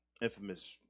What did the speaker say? infamous